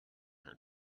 her